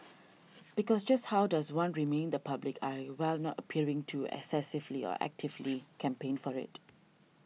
because just how does one remain the public eye while not appearing to excessively or actively campaign for it